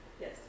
Yes